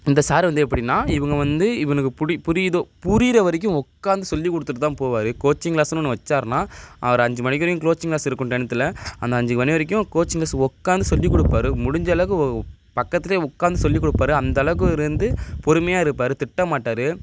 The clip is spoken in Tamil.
இந்த சாரு வந்து எப்படின்னா இவங்க வந்து இவனுக்கு பிடி புரியுதோ புரியிற வரைக்கும் உக்காந்து சொல்லிக் கொடுத்துட்டு தான் போவார் கோச்சிங் கிளாஸுன்னு ஒன்று வச்சாருன்னா அவரு அஞ்சு மணிக்கு வரையும் கோச்சிங் கிளாஸ் இருக்கும் டைத்துல அந்த அஞ்சு மணி வரைக்கும் கோச்சிங் கிளாஸ் உக்காந்து சொல்லிக் கொடுப்பாரு முடிஞ்ச அளவுக்கு ஓ பக்கத்துல உக்காந்து சொல்லிக் கொடுப்பாரு அந்த அளவுக்கு அவரு வந்து பொறுமையாக இருப்பார் திட்ட மாட்டார்